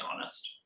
honest